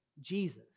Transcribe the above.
Jesus